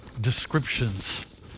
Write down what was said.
descriptions